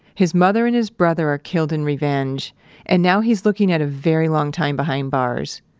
his mother and his brother are killed in revenge and now, he's looking at a very long time behind bars.